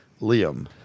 Liam